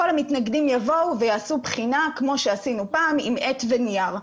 כל המתנגדים יבואו ויעשו בחינה כמו שעשינו פעם עם עט ונייר.